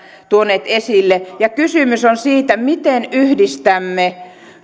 tuoneet esille ja kysymys on siitä miten yhdistämme